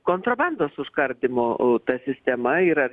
kontrabandos užkardymo ta sistema ir ar